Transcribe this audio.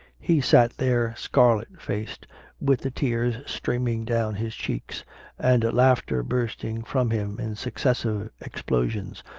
he sat there, scarlet-faced, with the tears streaming down his cheeks and laughter bursting from him in successive explosions,